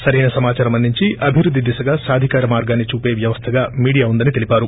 సరైన సమాచారం అందించి అభివృద్ధి దిశగా సాధికార మార్గాన్ని చూపే వ్యవస్థగా మీడియా ఉందని తెలిపారు